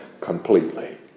completely